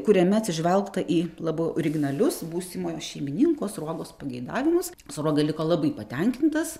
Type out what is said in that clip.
kuriame atsižvelgta į labai originalius būsimojo šeimininko sruogos pageidavimus sruoga liko labai patenkintas